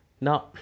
Now